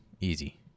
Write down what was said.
Easy